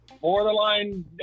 Borderline